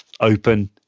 open